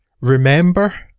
Remember